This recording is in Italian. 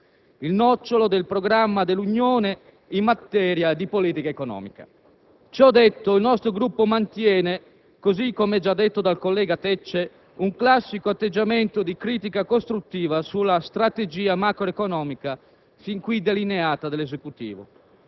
il nocciolo del programma dell'Unione in materia di politica economica. Ciò detto, il nostro Gruppo mantiene, così come già affermato dal collega Tecce, un classico atteggiamento di "critica costruttiva" sulla strategia macroeconomica fin qui delineata dall'Esecutivo.